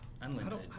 Unlimited